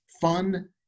fun